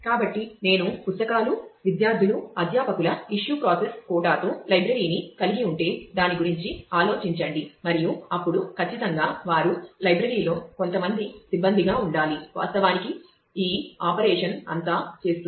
కాబట్టి నేను పుస్తకాలు విద్యార్థులు అధ్యాపకుల ఇష్యూ ప్రాసెస్ కోటాతో లైబ్రరీని కలిగి ఉంటే దాని గురించి ఆలోచించండి మరియు అప్పుడు ఖచ్చితంగా వారు లైబ్రరీలో కొంతమంది సిబ్బందిగా ఉండాలి వాస్తవానికి ఈ ఆపరేషన్ అంతా చేస్తుంది